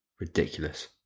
Ridiculous